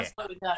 okay